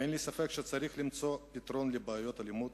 אין לי ספק שצריך למצוא פתרון לבעיות אלימות